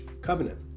covenant